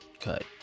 cut